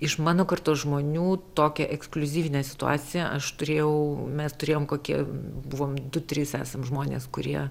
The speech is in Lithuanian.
iš mano kartos žmonių tokią ekskliuzyvinę situaciją aš turėjau mes turėjom kokie buvome du trys esam žmonės kurie